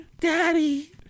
Daddy